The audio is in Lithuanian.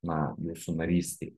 na jūsų narystei